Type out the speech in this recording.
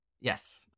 Yes